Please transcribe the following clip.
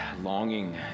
longing